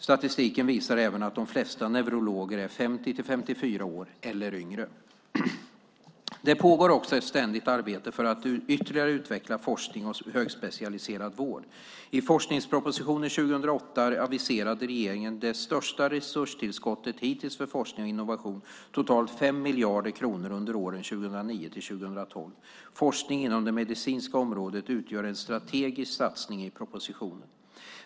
Statistiken visar även att de flesta neurologer är 50-54 år eller yngre. Det pågår också ett ständigt arbete för att ytterligare utveckla forskning och högspecialiserad vård. I forskningspropositionen 2008 aviserade regeringen det största resurstillskottet hittills för forskning och innovation, totalt 5 miljarder kronor under åren 2009-2012. Forskning inom det medicinska området utgör en strategisk satsning i propositionen.